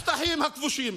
בשטחים הכבושים.